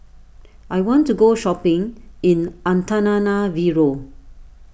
I want to go shopping in Antananarivo